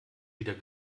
wieder